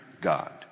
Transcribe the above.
God